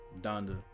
Donda